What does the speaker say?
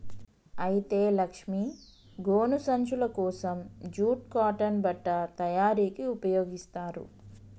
అయితే లక్ష్మీ గోను సంచులు కోసం జూట్ కాటన్ బట్ట తయారీకి ఉపయోగిస్తారు